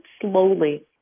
slowly